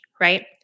right